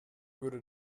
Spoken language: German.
würde